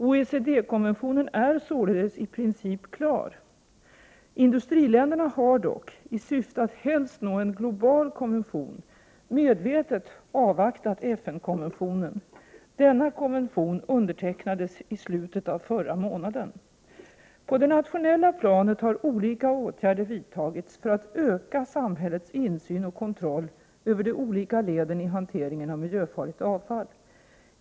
OECD-konventionen är således i princip klar. Industriländerna har dock, i syfte att helst nå en global konvention, medvetet avvaktat FN-konventionen. Denna konvention undertecknades i slutet av förra månaden. På det nationella planet har olika åtgärder vidtagits för att öka samhällets insyn och kontroll över de olika leden i hanteringen av miljöfarligt avfall.